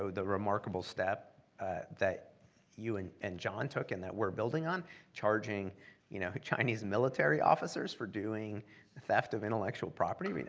so the remarkable step that you and and john took, and that we're building on charging you know chinese military officers for doing theft of intellectual property. i mean